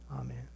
Amen